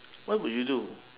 what would you do